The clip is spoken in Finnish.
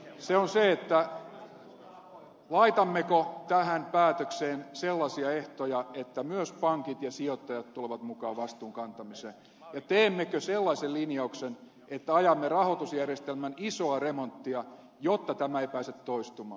se on se laitammeko tähän päätökseen sellaisia ehtoja että myös pankit ja sijoittajat tulevat mukaan vastuunkantamiseen ja teemmekö sellaisen linjauksen että ajamme rahoitusjärjestelmän isoa remonttia jotta tämä ei pääse toistumaan